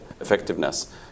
effectiveness